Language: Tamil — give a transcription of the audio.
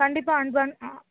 கண்டிப்பாக அனுப்ப ஆ